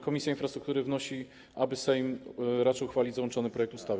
Komisja Infrastruktury wnosi, aby Sejm raczył uchwalić załączony projekt ustawy.